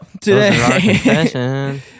today